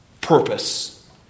purpose